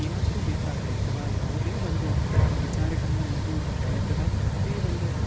ಏನಾದರು ಬೇಕಾದರೆ ಅಥವಾ ಯಾವುದೇ ಒಂದು ವಿಚಾರಗಳನ್ನು ನೋಡೂದಾದರೆ ಅಥವಾ ಯಾವುದೇ ಒಂದು